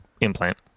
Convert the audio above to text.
implant